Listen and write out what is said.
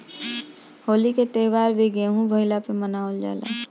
होली के त्यौहार भी गेंहू भईला पे मनावल जाला